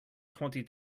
twenty